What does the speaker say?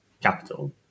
capital